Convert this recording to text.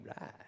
Right